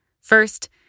First